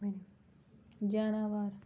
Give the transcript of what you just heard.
جاناوار